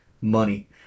Money